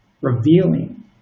revealing